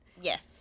Yes